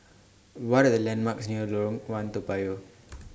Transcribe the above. What Are The landmarks near Lorong one Toa Payoh